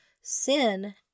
Sin